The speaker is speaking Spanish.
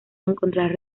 encontrar